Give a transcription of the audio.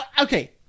Okay